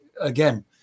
again